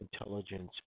intelligence